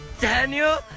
Daniel